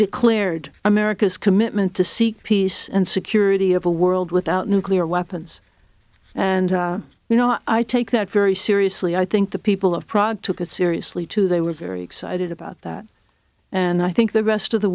declared america's commitment to seek peace and security of a world without nuclear weapons and you know i take that very seriously i think the people of prague took it seriously too they were very excited about that and i think the rest of the